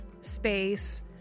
space